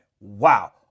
Wow